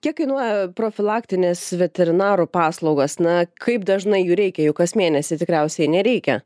kiek kainuoja profilaktinės veterinarų paslaugos na kaip dažnai jų reikia juk kas mėnesį tikriausiai nereikia